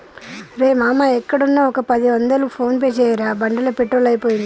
రేయ్ మామా ఎక్కడున్నా ఒక పది వందలు ఫోన్ పే చేయరా బండిలో పెట్రోల్ అయిపోయింది